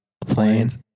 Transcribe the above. planes